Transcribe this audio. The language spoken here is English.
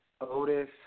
Otis